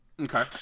Okay